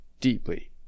deeply